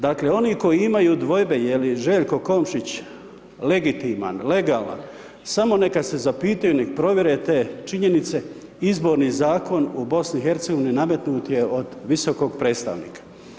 Dakle oni koji imaju dvojbe je li Željko Komišić legitiman, legalan, samo neka se zapitaju, neka provjere te činjenice Izborni zakon u BiH nametnut je od visokog predstavnika.